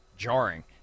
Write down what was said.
jarring